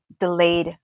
delayed